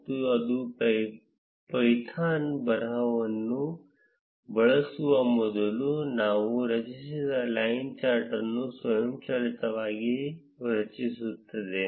ಮತ್ತು ಇದು ಪೈಥಾನ್ ಬರಹವನ್ನು ಬಳಸುವ ಮೊದಲು ನಾವು ರಚಿಸಿದ ಲೈನ್ ಚಾರ್ಟ್ ಅನ್ನು ಸ್ವಯಂಚಾಲಿತವಾಗಿ ರಚಿಸುತ್ತದೆ